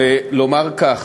ולומר כך: